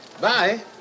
Bye